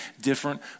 different